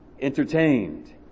entertained